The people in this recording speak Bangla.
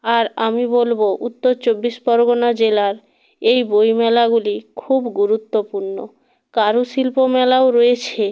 আর আমি বলবো উত্তর চব্বিশ পরগনা জেলার এই বইমেলাগুলি খুব গুরুত্বপূর্ণ কারুশিল্প মেলাও রয়েছে